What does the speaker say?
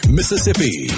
Mississippi